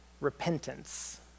repentance